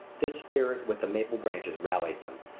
this spirit with the maple branch rallies them,